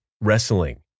wrestling